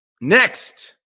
Next